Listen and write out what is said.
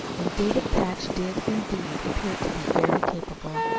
and david patch did, indeed, appear to be very capable.